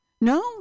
No